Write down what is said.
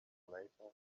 later